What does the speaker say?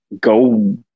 go